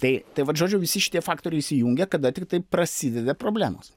tai tai vat žodžiu visi šitie faktoriai įsijungia kada tiktai prasideda problemos